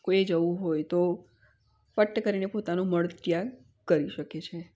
કોઈએ જવું હોય તો પટ કરીને પોતાનું મળ ત્યાગ કરી શકે છે